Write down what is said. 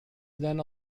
then